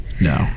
no